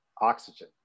oxygen